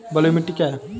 बलुई मिट्टी क्या है?